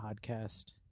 podcast